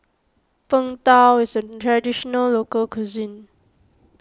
Png Tao is a Traditional Local Cuisine